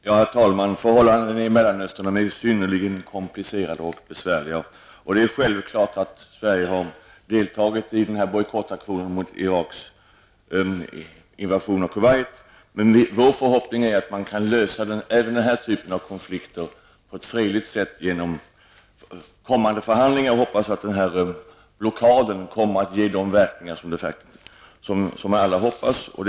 Herr talman! Förhållandena i Mellanöstern är synnerligen komplicerade och besvärliga, och det är självklart att Sverige har deltagit i bojkottaktionen mot Iraks invasion av Kuwait. Vår förhoppning är emellertid att även den här typen av konflikter skall kunna lösas på ett fredligt sätt genom kommande förhandlingar. Jag hoppas att blockaden kommer att ge de verkningar som alla hoppas på.